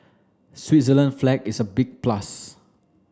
Switzerland's flag is a big plus